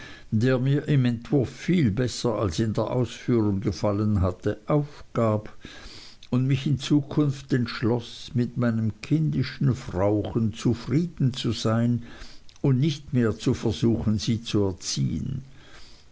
der mir im entwurf viel besser als in der ausführung gefallen hatte aufgab und mich in zukunft entschloß mit meinem kindischen frauchen zufrieden zu sein und nicht mehr zu versuchen sie zu erziehen